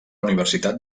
universitat